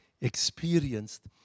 experienced